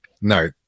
no